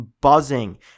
buzzing